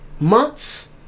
months